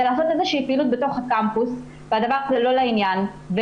לעשות איזושהי פעילות בתוך הקמפוס וזה לא לעניין.